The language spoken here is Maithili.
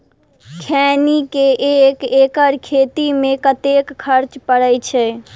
खैनी केँ एक एकड़ खेती मे कतेक खर्च परै छैय?